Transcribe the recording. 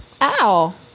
Ow